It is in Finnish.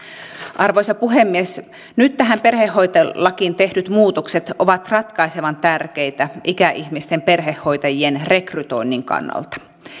arvoisa puhemies nyt tähän perhehoitolakiin tehdyt muutokset ovat ratkaisevan tärkeitä ikäihmisten perhehoitajien rekrytoinnin kannalta